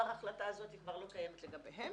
ההחלטה הזאת כבר לא קיימת לגביהם